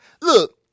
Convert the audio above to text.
Look